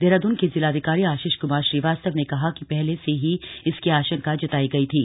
देहरादून के जिलाधिकारी आशीष क्मार श्रीवास्तव ने कहा कि पहले से ही इसकी आशंका जतायी गई थी